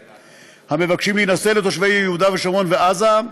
המבקשים להינשא לתושבי יהודה ושומרון ועזה,